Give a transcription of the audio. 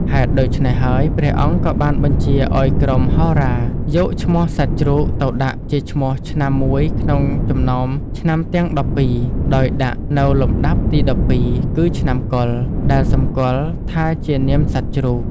ហេតុដូច្នេះហើយ ព្រះអង្គក៏បានបញ្ជាឱ្យក្រុមហោរាយកឈ្មោះសត្វជ្រូក ទៅដាក់ជាឈ្មោះឆ្នាំមួយក្នុងចំណោមឆ្នាំទាំងដប់ពីរ ដោយដាក់នៅលំដាប់ទី១២ គឺ ឆ្នាំកុរ ដែលសម្គាល់ថាជានាមសត្វជ្រូក។